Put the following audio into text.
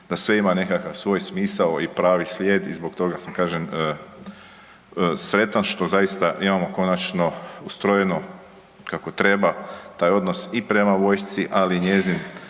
Da sve ima nekakav svoj smisao i pravi slijed i zbog toga, kažem, sretan što zaista imamo konačno ustrojeno kako treba taj odnos i prema vojsci, ali njezin,